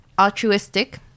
altruistic